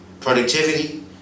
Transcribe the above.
productivity